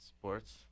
Sports